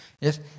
Yes